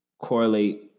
correlate